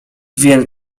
więc